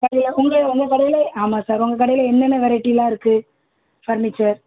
சரி உங்கள் உங்கள் கடையிலே ஆமாம் சார் உங்கள் கடையில என்னென்ன வெரைட்டிலாம் இருக்குது ஃபர்னிச்சர்